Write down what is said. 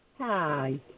Hi